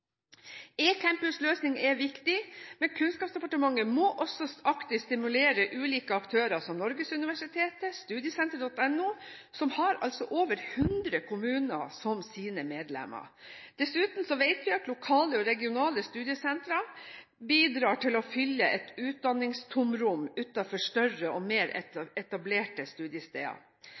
er viktig, men Kunnskapsdepartementet må også aktivt stimulere ulike aktører som Norgesuniversitetet og Studiesenteret.no, som har over hundre kommuner som sine medlemmer. Dessuten vet vi at lokale og regionale studiesentra bidrar til å fylle et utdanningstomrom utenfor større og mer etablerte studiesteder.